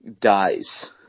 dies